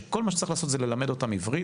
שכל מה שצריך לעשות זה ללמד אותם עברית,